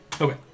Okay